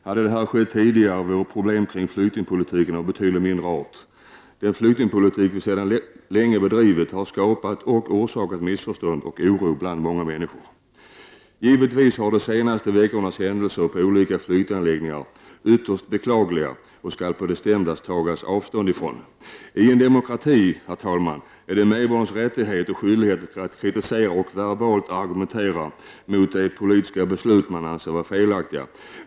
Hade detta skett tidigare vore problemen kring flyktingpolitiken av be tydligt mindre art. Den flyktingpolitik som sedan länge bedrivits har skapat och orsakat missförstånd och oro bland många människor. Givetvis är de senaste veckornas händelser på olika flyktinganläggningar ytterst beklagliga, och dem skall vi på det bestämdaste taga avstånd ifrån. I en demokrati, herr talman, är det medborgarnas rättighet och skyldighet att kritisera och verbalt argumentera mot de politiska beslut man anser vara felaktiga.